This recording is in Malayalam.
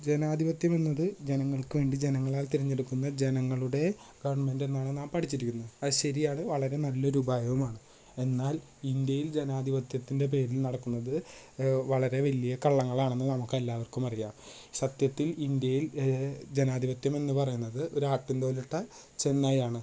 ജനാധിപത്യമെന്നത് ജനങ്ങൾക്ക് വേണ്ടി ജനങ്ങളാൽ തിരഞ്ഞെടുക്കുന്ന ജനങ്ങളുടെ ഗെവൺമെൻ്റെ എന്നാണ് നാം പഠിച്ചിരിക്കുന്നത് അത് ശരിയാണ് വളരെ നല്ലൊരു ഉപായമാണ് എന്നാൽ ഇന്ത്യയിൽ ജനാധിപത്യത്തിൻ്റെ പേരിൽ നടക്കുന്നത് വളരെ വലിയ കള്ളങ്ങളാണെന്ന് നമുക്കെല്ലാവർക്കുമറിയാം സത്യത്തിൽ ഇന്ത്യയിൽ ജനാധിപത്യമെന്ന് പറയുന്നത് ഒരാട്ടിൻ തോലിട്ട ചെന്നായ ആണ്